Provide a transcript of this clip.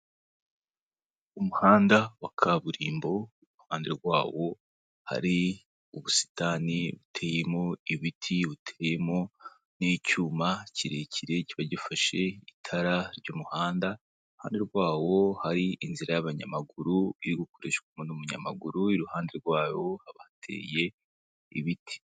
Umuhanda wa kaburimbo, iruhande rwawo hari ubusitani buteyemo ibiti, buteyemo n'icyuma kirekire kiba gifashe itara ry'umuhanda, iruhande rwawo hari inzira y'abanyamaguru, iri gukoresha n'umuyamaguru, iiruhande rwawo haba hateye ibiti.